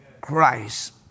Christ